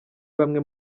bamwe